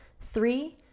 three